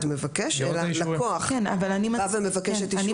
מבקש אלא הלקוח מבקש את אישור המשטרה.